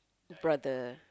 brother